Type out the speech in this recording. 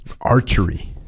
Archery